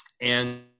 And-